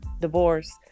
divorce